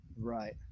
Right